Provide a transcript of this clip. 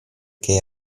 che